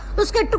let's go.